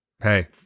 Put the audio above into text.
Hey